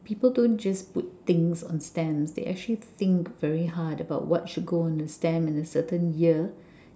people don't just put things on stamps they actually think very hard about what should go on stamps on a certain year